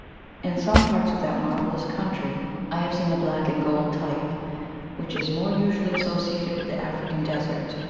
in some parts of that marvellous country i have seen the black-and-gold type which is more usually associated with the african desert,